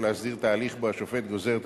ולהסדיר את ההליך שבו השופט גוזר את